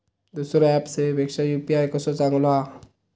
दुसरो ऍप सेवेपेक्षा यू.पी.आय कसो चांगलो हा?